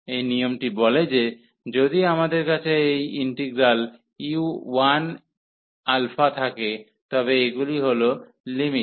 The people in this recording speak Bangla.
এই নিয়মটি বলে যদি আমাদের কাছে এই ইন্টিগ্রাল u1 থাকে তবে এগুলি হল লিমিট